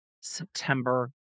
September